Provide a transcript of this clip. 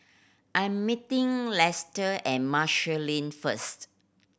I'm meeting Lester at Marshall Lane first